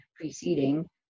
preceding